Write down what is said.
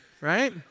right